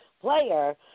player